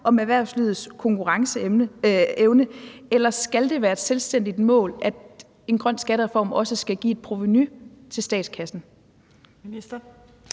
om erhvervslivets konkurrenceevne? Eller skal det være et selvstændigt mål, at en grøn skattereform også skal give et provenu til statskassen? Kl.